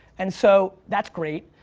and so that's great.